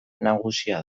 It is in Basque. nagusia